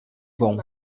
bom